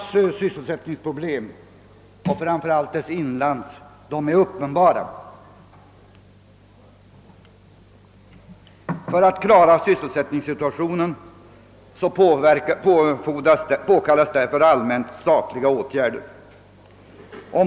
Sysselsättningsproblemen i Norrland och framför allt dess inland är uppenbara. För att klara sysselsättningssituationen påkallas därför allmänt statliga åtgärder.